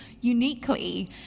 uniquely